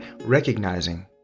recognizing